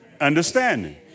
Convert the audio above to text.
understanding